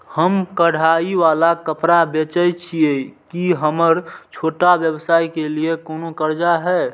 हम कढ़ाई वाला कपड़ा बेचय छिये, की हमर छोटा व्यवसाय के लिये कोनो कर्जा है?